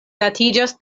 datiĝas